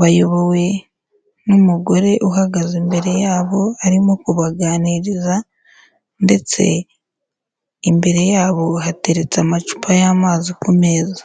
bayobowe n'umugore uhagaze imbere yabo arimo kubaganiriza ndetse imbere yabo hateretse amacupa y'amazi ku meza.